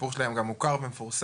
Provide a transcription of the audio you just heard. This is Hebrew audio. הסיפור שלהם גם מוכר ומפורסם,